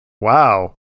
wow